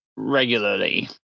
regularly